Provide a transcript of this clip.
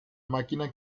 máquina